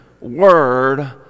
Word